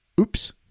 Oops